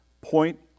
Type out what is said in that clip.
Point